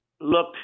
look